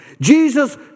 Jesus